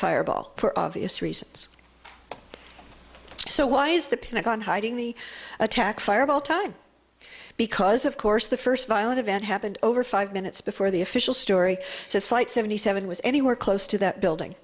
fireball for obvious reasons so why is the pentagon hiding the attack fireable time because of course the first violent event happened over five minutes before the official story says flight seventy seven was anywhere close to that building